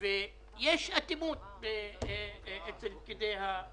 יש אטימות אצל פקידי משרד